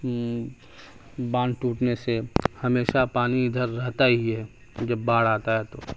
باندھ ٹوٹنے سے ہمیشہ پانی ادھر رہتا ہی ہے جب باڑھ آتا ہے تو